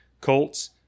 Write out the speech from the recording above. Colts